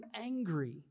angry